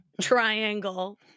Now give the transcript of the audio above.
triangle